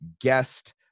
guest